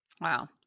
Wow